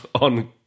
on